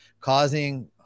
causing